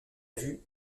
vue